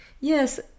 Yes